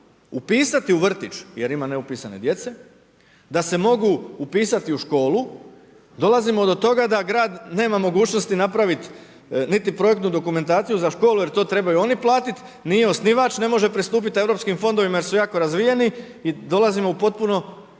upisati u vrtić jer ima neupisane djece, da se mogu upisati u školu, dolazimo do toga da grad nema mogućnosti napraviti niti projektnu dokumentaciju za školu jer to trebaju oni platiti, nije osnivač, ne može pristupiti europskim fondovima jer su jako razvijeni i dolazimo u potpuno